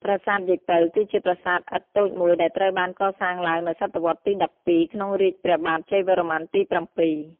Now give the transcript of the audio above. ប្រាសាទយាយពៅ គឺជាប្រាសាទឥដ្ឋតូចមួយដែលត្រូវបានកសាងឡើងនៅ សតវត្សរ៍ទី ១២ ក្នុងរាជ្យព្រះបាទជ័យវរ្ម័នទី ៧។